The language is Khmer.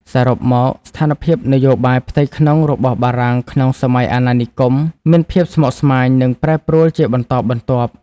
សរុបមក ស្ថានភាពនយោបាយផ្ទៃក្នុងរបស់បារាំងក្នុងសម័យអាណានិគម មានភាពស្មុគស្មាញ និងប្រែប្រួលជាបន្តបន្ទាប់។